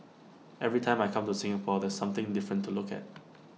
every time I come to Singapore there's something different to look at